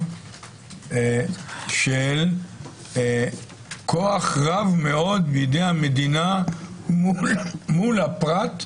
של כוח רב מאוד בידי המדינה מול הפרט,